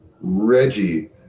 Reggie